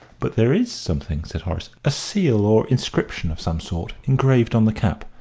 but there is something, said horace a seal or inscription of some sort engraved on the cap.